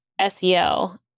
SEO